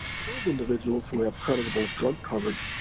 for those individuals who have creditable drug coverage,